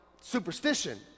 superstition